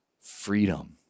freedom